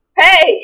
hey